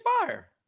fire